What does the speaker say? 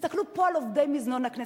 תסתכלו פה על עובדי מזנון הכנסת,